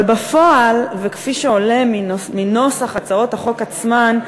אבל בפועל וכפי שעולה מנוסח הצעות החוק עצמן,